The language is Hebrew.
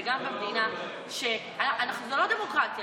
וגם במדינה שהיא לא דמוקרטיה,